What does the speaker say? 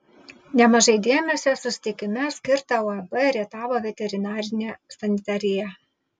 nemažai dėmesio susitikime skirta uab rietavo veterinarinė sanitarija